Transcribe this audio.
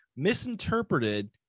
misinterpreted